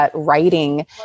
Writing